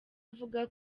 avuga